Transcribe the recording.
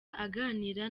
aganira